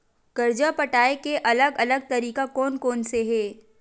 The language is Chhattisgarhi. कर्जा पटाये के अलग अलग तरीका कोन कोन से हे?